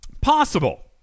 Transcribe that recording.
Possible